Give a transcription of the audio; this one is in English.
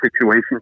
situation